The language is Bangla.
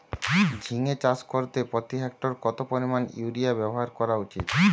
ঝিঙে চাষ করতে প্রতি হেক্টরে কত পরিমান ইউরিয়া ব্যবহার করা উচিৎ?